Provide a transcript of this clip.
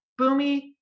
Boomy